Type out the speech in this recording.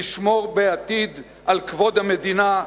על כבוד המדינה,